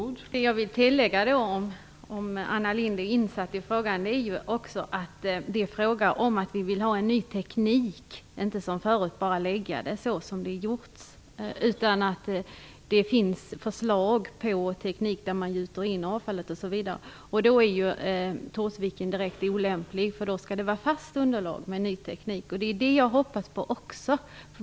Fru talman! Jag vill tillägga Anna Lindh, om hon är insatt i frågan, vet att det är fråga om att vi vill ha en ny teknik. Vi vill inte att avfallet bara läggs där som tidigare utan vidare åtgärd. Det finns förslag på hur man kan gjuta in avfallet. Då är Torsviken direkt olämplig. Med en sådan ny teknik skall nämligen underlaget vara fast.